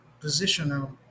positional